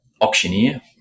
auctioneer